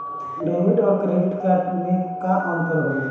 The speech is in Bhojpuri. डेबिट और क्रेडिट कार्ड मे अंतर का होला?